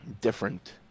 different